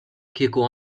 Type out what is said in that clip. kieku